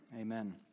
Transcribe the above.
Amen